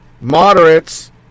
Moderates